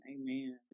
amen